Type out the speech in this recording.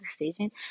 decision